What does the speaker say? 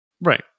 Right